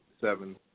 seven